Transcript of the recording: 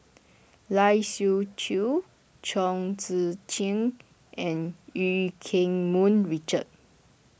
Lai Siu Chiu Chong Tze Chien and Eu Keng Mun Richard